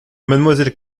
mademoiselle